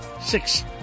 Six